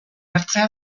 hartzea